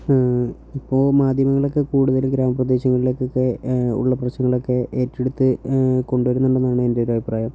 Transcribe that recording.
ഇപ്പോൾ മാധ്യമങ്ങളൊക്കെ കൂടുതലും ഗ്രാമപ്രദേശങ്ങളിലേക്കൊക്കെ ഉള്ള പ്രശ്നങ്ങളൊക്കെ ഏറ്റെടുത്ത് കൊണ്ടുവരുന്നുണ്ടെന്നാണ് എൻ്റെ ഒരു അഭിപ്രായം